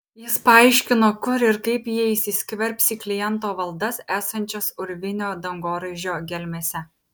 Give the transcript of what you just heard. jis paaiškino kur ir kaip jie įsiskverbs į kliento valdas esančias urvinio dangoraižio gelmėse